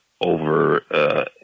over